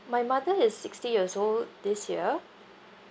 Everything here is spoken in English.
my mother is sixty years old this year